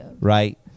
right